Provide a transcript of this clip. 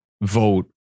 vote